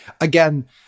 Again